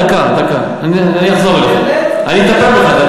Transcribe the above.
דקה, אני אטפל בך.